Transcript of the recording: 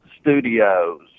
studios